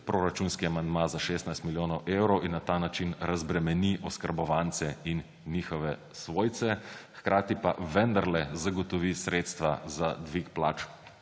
proračunski amandma za 16 milijonov evrov in na ta način razbremeni oskrbovance in njihove svojce, hkrati pa vendarle zagotovi sredstva za dvig plač